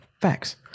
facts